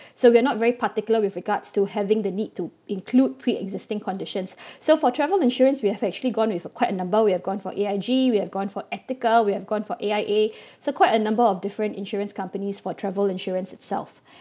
so we are not very particular with regards to having the need to include pre-existing conditions so for travel insurance we have actually gone with uh quite a number we have gone for A_I_G we have gone for Etiqa we have gone for A_I_A so quite a number of different insurance companies for travel insurance itself